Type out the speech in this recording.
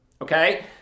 okay